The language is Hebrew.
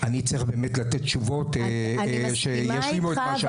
אני אצטרך באמת לתת תשובות שישלימו את מה שאמרת.